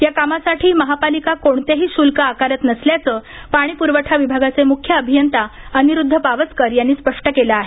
या कामासाठी महापालिका कोणतेही शुल्क आकारत नसल्याचं पाणीप्रवठा विभागाचे मुख्य अभियंता अनिरुद्ध पावसकर यांनी स्पष्ट केलं आहे